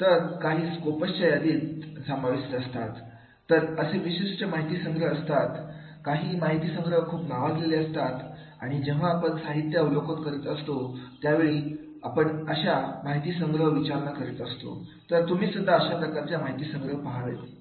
तर काही स्कोपस च्या यादीत समाविष्ट असतात तर असे विशिष्ट माहिती संग्रह असतात काही माहिती संग्रह खूप नावाजलेले असतात आणि जेव्हा आपण साहित्य अवलोकन करत असतो त्यावेळी आपण अशा माहिती संग्रह विचारणा करत असतो तर तुम्ही सुद्धा अशा प्रकारच्या माहिती संग्रह पहावेत